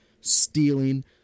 stealing